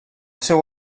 seu